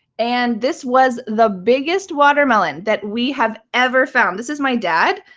and this was the biggest watermelon that we have ever found. this is my dad.